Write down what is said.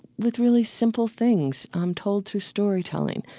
with really simple things um told through storytelling